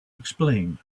explain